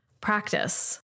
practice